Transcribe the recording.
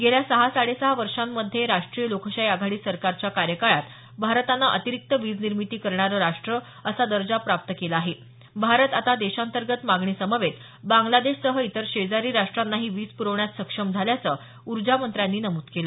गेल्या सहा साडे सहा वर्षांमध्ये राष्ट्रीय लोकशाही आघाडी सरकारच्या कार्यकाळात भारतानं अतिरिक्त वीज निर्मिती करणारं राष्ट्र असा दर्जा प्राप्त केला आहे भारत आता देशांतर्गत मागणी समवेत बांगलादेशसह इतर शेजारी राष्ट्रांनाही वीज पुरवण्यात सक्षम झाल्याचं ऊर्जामंत्र्यांनी नमूद केलं